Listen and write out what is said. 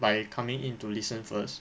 by coming in to listen first